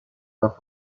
pas